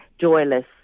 joyless